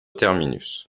terminus